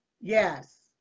Yes